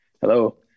hello